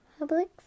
Publix